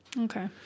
Okay